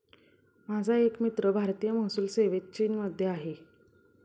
माझा एक मित्र भारतीय महसूल सेवेत चीनमध्ये आहे